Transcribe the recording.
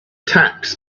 tax